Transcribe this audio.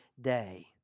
day